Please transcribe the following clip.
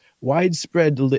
widespread